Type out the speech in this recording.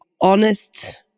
Honest